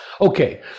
okay